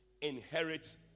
inherit